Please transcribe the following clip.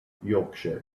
yorkshire